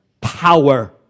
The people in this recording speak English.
power